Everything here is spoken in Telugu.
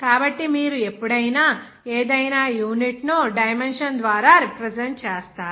కాబట్టి మీరు ఎప్పుడైనా ఏదైనా యూనిట్ను డైమెన్షన్ ద్వారా రెప్రజెంట్ చేస్తారు